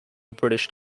british